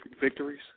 victories